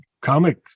comic